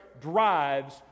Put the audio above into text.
drives